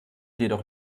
jedoch